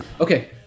okay